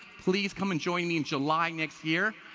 please come and join me in july, next year.